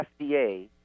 FDA